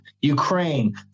Ukraine